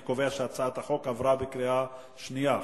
אני קובע שהצעת החוק עברה בקריאה שנייה.